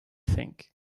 think